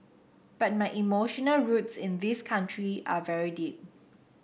but my emotional roots in this country are very deep